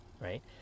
right